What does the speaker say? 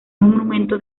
monumento